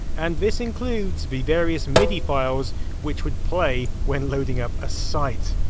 and this includes the various midi files which would play when loading up a site.